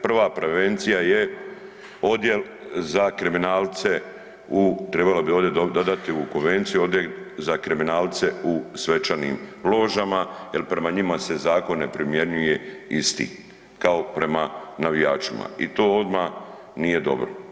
Prva prevencija je odjel za kriminalce, trebalo bi ovdje dodati u konvenciju, odjel za kriminalce u svečanim ložama jer prema njima se zakon ne primjenjuje isti kao prema navijačima i to odmah nije dobro.